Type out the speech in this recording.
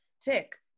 Tick